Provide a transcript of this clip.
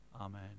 amen